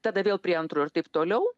tada vėl prie antro ir taip toliau